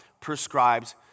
prescribed